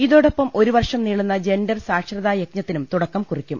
ഇതോടൊപ്പം ഒരു വർഷം നീളുന്ന ജെൻഡർ സാക്ഷരതാ യജ്ഞത്തിനും തുടക്കം കുറിക്കും